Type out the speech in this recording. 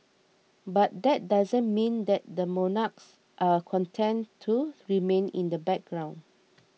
but that doesn't mean that the monarchs are content to remain in the background